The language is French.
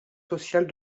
sociale